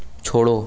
छोड़ो